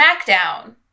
SmackDown